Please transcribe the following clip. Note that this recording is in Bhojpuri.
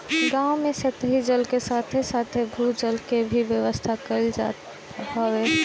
गांव में सतही जल के साथे साथे भू जल के भी व्यवस्था कईल जात हवे